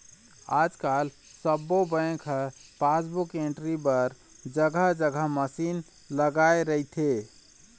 आजकाल सब्बो बेंक ह पासबुक एंटरी बर जघा जघा मसीन लगाए रहिथे